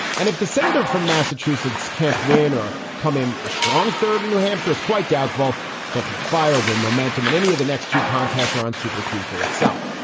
and if the senator from massachusetts can't win or come in a strong third in new hampshire, it's quite doubtful she'll catch fire game momentum in any of the next two contests or on super tuesday itself.